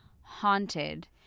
haunted